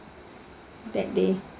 that day